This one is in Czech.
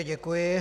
Děkuji.